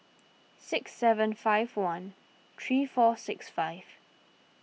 six seven five one three four six five